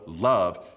love